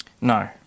No